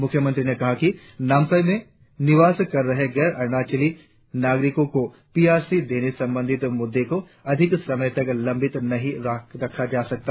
मुख्यमंत्री ने कहा कि नामसाई में निवास कर रहे गैर अरुणाचली नागरिको को पी आर सी देने संबंधित मुद्दे को अधिक समय तक लंबित नही रखा जा सकता